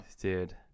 Dude